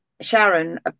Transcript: Sharon